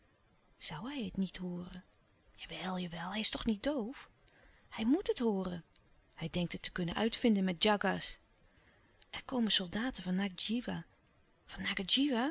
hij het niet hooren jawel jawel hij is toch niet doof hij moet het hooren hij denkt het te kunnen uitvinden met djàgà s r komen soldaten van ngadjiwa van